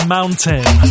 Mountain